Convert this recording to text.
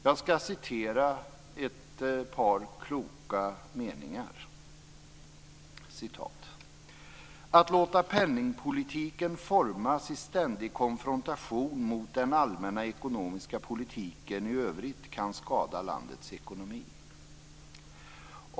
Jag skall citera några kloka meningar: Att låta penningpolitiken formas i ständig konfrontation mot den allmänna ekonomiska politiken i övrigt kan skada landets ekonomi.